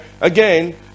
again